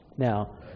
Now